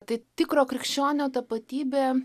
tai tikro krikščionio tapatybė